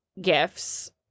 gifts